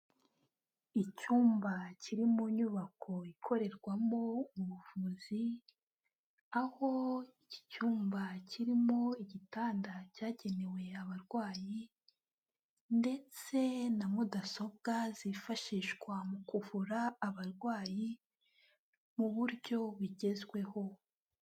Icyumba kiri mu nyubako ikorerwamo ubuvuzi, aho iki cyumba kirimo igitanda cyagenewe abarwayi, ndetse na mudasobwa zifashishwa mu kuvura abarwayi mu buryo bugezweho.